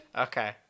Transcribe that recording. Okay